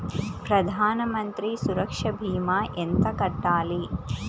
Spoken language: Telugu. ప్రధాన మంత్రి సురక్ష భీమా ఎంత కట్టాలి?